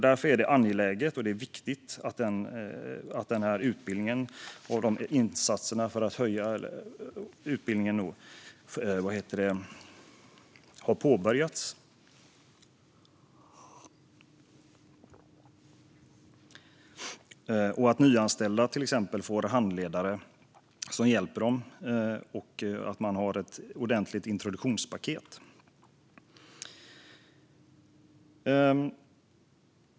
Därför är det angeläget och viktigt att utbildningen och insatserna för att höja utbildningen har påbörjats, att nyanställda till exempel får handledare som hjälper dem och att man har ett ordentligt introduktionspaket.